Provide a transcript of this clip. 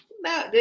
No